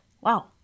Wow